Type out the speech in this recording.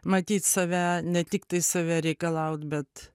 matyt save ne tiktai save reikalaut bet